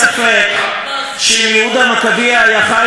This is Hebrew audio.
שאם יהודה המכבי היה חי בימינו,